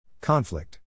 conflict